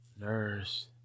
Nurse